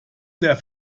der